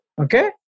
Okay